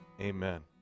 Amen